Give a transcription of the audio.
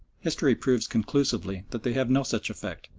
history proves conclusively that they have no such effect,